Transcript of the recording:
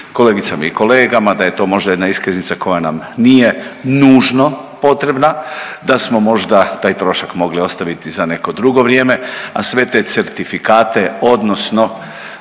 kolegicama i kolegama da je to možda jedna iskaznica koja nam nije nužno potrebna, da smo možda taj trošak mogli ostaviti za neko drugo vrijeme, a sve te certifikate odnosno